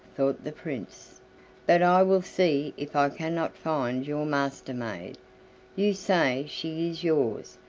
thought the prince but i will see if i cannot find your master-maid you say she is yours,